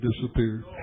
disappeared